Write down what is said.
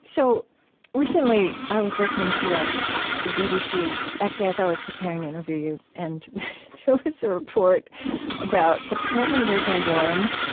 so recently i was listening to ah a bbc actually, as i was preparing to interview you and there was a report about apparently there's a worm,